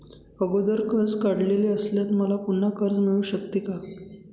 अगोदर कर्ज काढलेले असल्यास मला पुन्हा कर्ज मिळू शकते का?